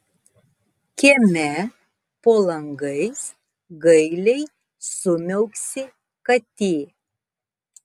kieme po langais gailiai sumiauksi katė